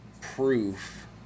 proof